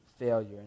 failure